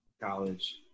college